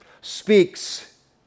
speaks